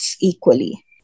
equally